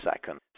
second